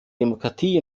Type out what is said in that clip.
demokratie